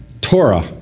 Torah